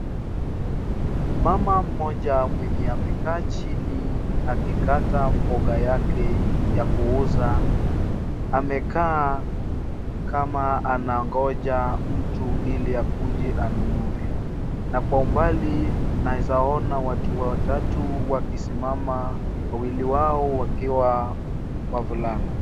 Mama mmoja mwenye amekaa chini akikata mboga yake ya kuuza, amekaa kama anangoja mtu ili akuje anunue na kwa umbali naweza ona watu watatu wakisimama wawili wao wakiwa wavulana.